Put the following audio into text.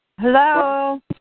Hello